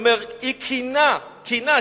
והוא אומר: "היא כינה" כינה,